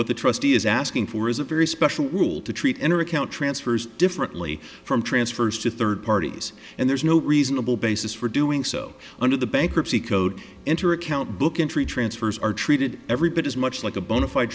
what the trustee is asking for is a very special rule to treat enter account transfers differently from transfers to third parties and there's no reasonable basis for doing so under the bankruptcy code enter a count book in tree transfers are treated every bit as much like a bona fide